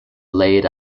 laid